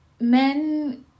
men